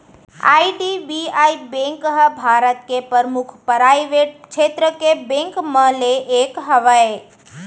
IDBI bank ह भारत के परमुख पराइवेट छेत्र के बेंक मन म ले एक हवय